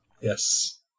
Yes